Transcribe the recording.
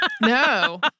No